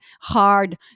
hard